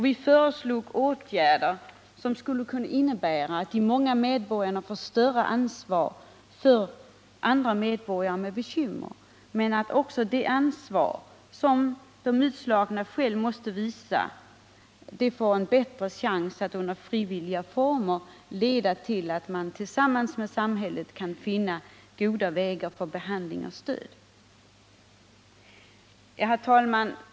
Vi föreslog åtgärder som skulle kunna innebära att de många medborgarna får större ansvar för medborgare med bekymmer men också att det ansvar som de utslagna själva måste visa får en bättre chans att under frivilliga former leda till att de tillsammans med samhället kan finna goda vägar för behandling och stöd. Herr talman!